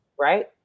Right